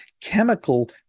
chemical